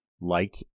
liked